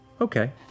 okay